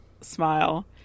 Smile